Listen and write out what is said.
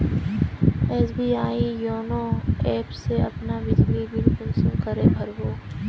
SBI YONO app से अपना बिजली बिल कुंसम करे भर बो?